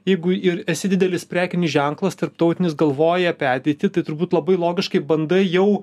jeigu ir esi didelis prekinis ženklas tarptautinis galvoji apie ateitį tai turbūt labai logiškai bandai jau